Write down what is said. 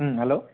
হুম hello